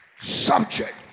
subject